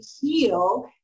heal